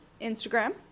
instagram